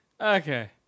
Okay